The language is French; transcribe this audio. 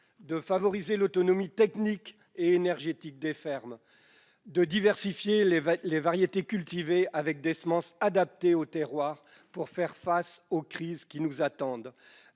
de favoriser l'autonomie technique et énergétique des fermes, de diversifier les variétés cultivées, avec des semences adaptées aux terroirs pour pouvoir affronter les crises qui nous attendent,